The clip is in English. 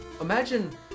imagine